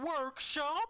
workshop